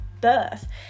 birth